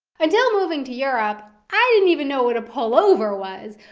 until moving to europe i didn't even know what a pullover was.